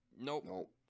Nope